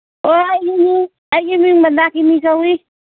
ꯑꯣ ꯑꯩꯒꯤ ꯃꯤꯡ ꯑꯩꯒꯤ ꯃꯤꯡ ꯃꯟꯗꯥꯀꯤꯅꯤ ꯀꯧꯏ